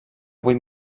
vuit